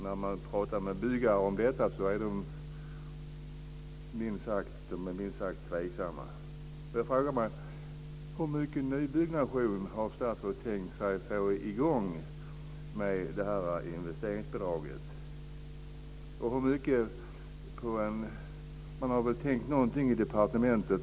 När man pratar med byggare om detta är de minst sagt tveksamma. Jag frågar mig: Hur mycket nybyggnation hade statsrådet tänkt sig att få i gång genom detta investeringsbidrag? Man har väl tänkt någonting på departementet.